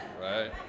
Right